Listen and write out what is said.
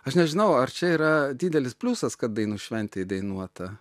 aš nežinau ar čia yra didelis pliusas kad dainų šventėj dainuota